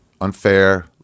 unfair